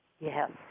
Yes